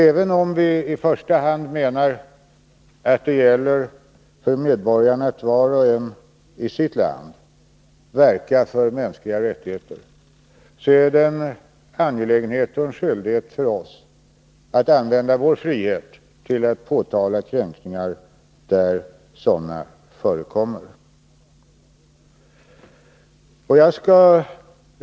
Även om vi menar att det i första hand gäller för medborgarna att var och en i sitt land verka för de mänskliga rättigheterna är det en angelägenhet och en skyldighet för oss att använda vår frihet till att påtala kränkningar där sådana förekommer.